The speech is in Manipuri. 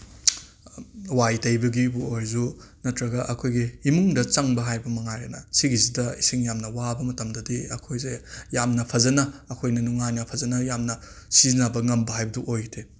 ꯋꯥꯏ ꯇꯩꯕꯒꯤꯕꯨ ꯑꯣꯏꯔꯁꯨ ꯅꯠꯇ꯭ꯔꯒ ꯑꯩꯈꯣꯏꯒꯤ ꯏꯃꯨꯡꯗ ꯆꯪꯕ ꯍꯥꯏꯕ ꯃꯉꯥꯏꯔꯦꯅ ꯁꯤꯒꯤꯁꯤꯗ ꯏꯁꯤꯡ ꯌꯥꯝꯅ ꯋꯥꯕ ꯃꯇꯝꯗꯗꯤ ꯑꯩꯈꯣꯏꯁꯦ ꯌꯥꯝꯅ ꯐꯖꯅ ꯑꯩꯈꯣꯏꯅ ꯅꯨꯡꯉꯥꯏꯅ ꯐꯖꯅ ꯌꯥꯝꯅ ꯁꯤꯖꯤꯟꯅꯕ ꯉꯝꯕ ꯍꯥꯏꯕꯗꯨ ꯑꯣꯏꯗꯦ